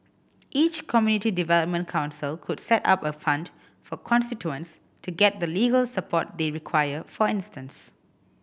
each community development council could set up a fund for constituents to get the legal support they require for instance